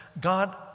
God